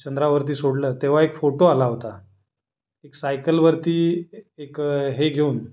चंद्रावरती सोडलं तेव्हा एक फोटो आला होता एक सायकलवरती एक हे घेऊन